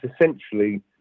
essentially